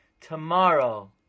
tomorrow